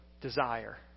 desire